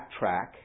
backtrack